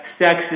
sex